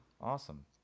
Awesome